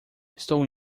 estou